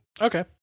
Okay